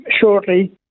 Shortly